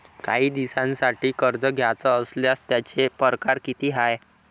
कायी दिसांसाठी कर्ज घ्याचं असल्यास त्यायचे परकार किती हाय?